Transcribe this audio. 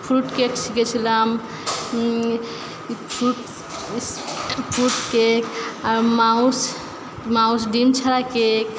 fruit cake শিখেছিলাম fruit cake mousse mousse ডিম ছাড়া কেক